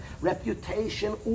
reputation